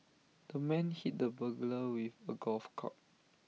the man hit the burglar with A golf club